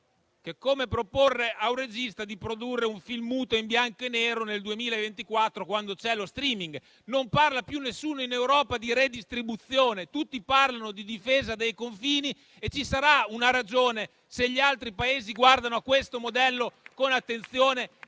come proporre a un regista di produrre un film muto e in bianco e nero nel 2024, quando esiste lo *streaming*. Non parla più nessuno in Europa di redistribuzione. Tutti parlano di difesa dei confini e ci sarà una ragione se gli altri Paesi guardano a questo modello con attenzione e iniziano a